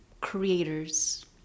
creators